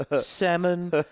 Salmon